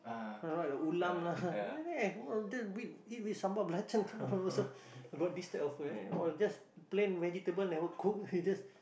right the ulam lah eat with sambal belacan also got this type of food or just plain vegetable never cook you just